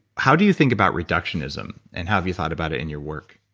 how do you think about reductionism, and have you thought about it in your work?